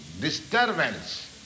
disturbance